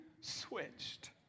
switched